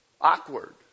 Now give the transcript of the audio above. awkward